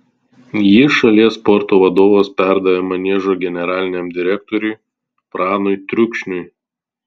jį šalies sporto vadovas perdavė maniežo generaliniam direktoriui pranui trukšniui